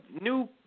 new